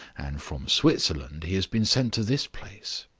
and from switzerland he has been sent to this place.